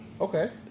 Okay